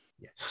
Yes